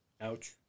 Ouch